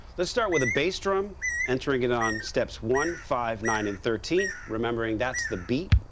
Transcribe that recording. let's start with a bass drum entering it on steps one, five, nine and thirteen. remembering that's the beat.